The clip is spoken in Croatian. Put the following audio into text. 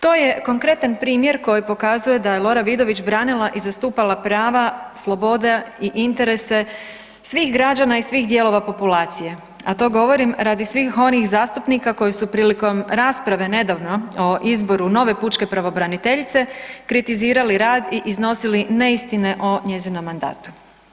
To je konkretan primjer koji pokazuje da je Lora Vidović branila i zastupala prava, slobode i interese svih građana i svih dijelova populacije, a to govorim radi svih onih zastupnika koji su prilikom rasprave nedavno o izboru nove pučke pravobraniteljice kritizirali rad i iznosili neistine o njezinom mandatu.